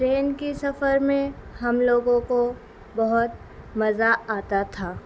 train کی سفر میں ہم لوگوں کو بہت مزہ آتا تھا